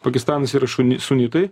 pakistanas yra šuni sunitai